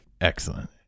Excellent